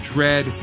Dread